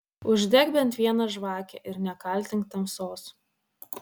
uždek bent vieną žvakę ir nekaltink tamsos